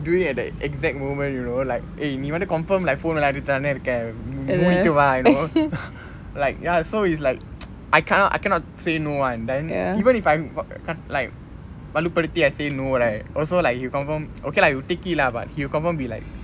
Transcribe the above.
doing at the exact moment you know like eh நீ வந்து:nee vanthu confirm phone விளையாடிட்டு தானே இருக்குர மூடிட்டு வா:vilayaadittu thaane irukkure muudittu vaa you know what I also like you confirm okay lah you take eleventh you confirm be late ya so it's like I cannot I cannot say no one even if I'm வலுப்படுத்தி:valupaduthi I say no right also like he confirm okay lah he will take it lah but he will confirm be like